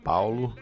Paulo